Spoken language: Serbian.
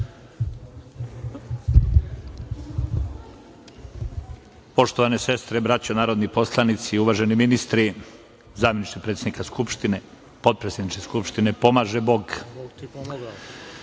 Poštovane sestre i braćo narodni poslanici, uvaženi ministri, zameniče predsednika Skupštine, potpredsedniče Skupštine, pomaže